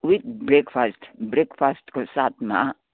with breakfast ब्रेकफास्टको साथमा